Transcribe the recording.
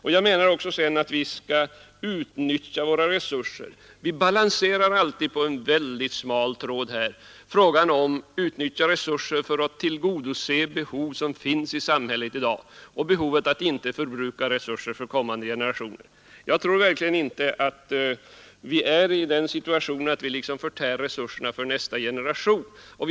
Vi menar också att vi skall utnyttja våra resurser. Vi balanserar här alltid på en mycket smal tråd när det gäller att å ena sidan utnyttja resurser för att tillgodose behov som finns i samhället i dag och att å andra sidan inte förbruka resurser för kommande generationer. Jag tror verkligen inte att vi är i den situationen att vi liksom förtär resurserna för nästa generation.